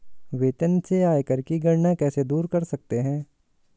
वेतन से आयकर की गणना कैसे दूर कर सकते है?